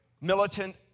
militant